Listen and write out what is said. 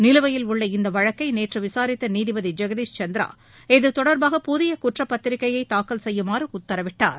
நிலுவையில் உள்ள இந்த வழக்கை நேற்று விசாரித்த நீதிபதி ஜெகதீஷ் சந்திரா இது தொடர்பாக புதிய குற்றப் பத்திரிக்கையை தாக்கல் செய்யுமாறு உத்தரவிட்டார்